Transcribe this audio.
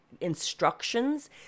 instructions